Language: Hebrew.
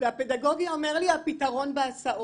והפדגוגי אומר לי שהפתרון בהסעות?